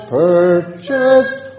purchased